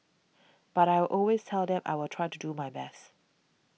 but I always tell them I will try to do my best